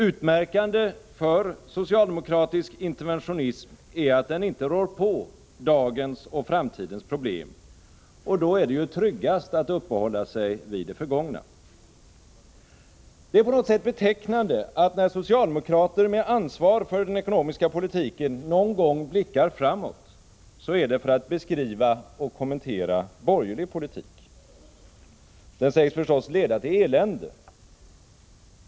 Utmärkande för socialdemokratisk interventionism är att den inte rår på dagens och framtidens problem. Och då är det ju tryggast att uppehålla sig vid det förgångna. Det är på något sätt betecknande, att när socialdemokrater med ansvar för den ekonomiska politiken någon gång blickar framåt, är det för att beskriva och kommentera borgerlig politik. Den sägs förstås leda till elände.